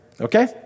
Okay